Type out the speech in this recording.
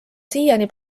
siiani